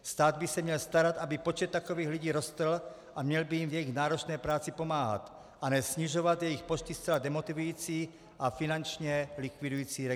Stát by se měl starat, aby počet takovýchto lidí rostl, a měl by jim v jejich náročné práci pomáhat, a ne snižovat jejich počty zcela demotivující a finančně likvidující regulací.